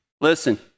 listen